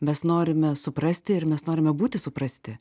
mes norime suprasti ir mes norime būti suprasti